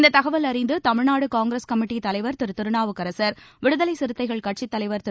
இந்த தகவல் அறிந்து தமிழ்நாடு காங்கிரஸ் கமிட்டித் தலைவர் திரு திருநாவுக்கரசர் விடுதலை சிறுத்தைகள் கட்சித் தலைவர் திரு